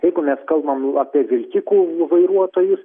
jeigu mes kalbam apie vilkikų vairuotojus